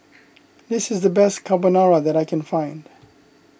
this is the best Carbonara that I can find